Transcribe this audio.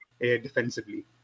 defensively